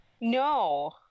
No